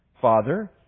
Father